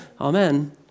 amen